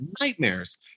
nightmares